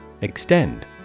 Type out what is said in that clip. Extend